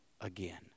again